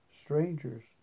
strangers